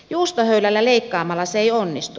juustohöylällä leikkaamalla se ei onnistu